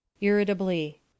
irritably